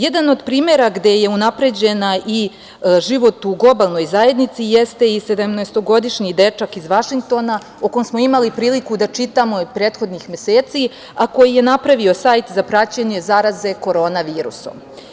Jedan od primera gde je unapređen i život u globalnoj zajednici jeste i sedamnaestogodišnji dečak iz Vašingtona, o kome smo imali priliku da čitamo prethodnih meseci, a koji je napravio sajt za praćenje zaraze korona virusom.